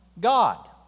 God